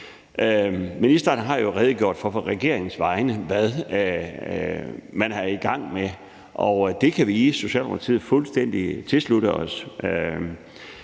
Ministeren har jo på regeringens vegne redegjort for, hvad man er i gang med, og det kan vi i Socialdemokratiet fuldstændig tilslutte os.